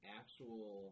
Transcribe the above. actual